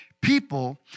People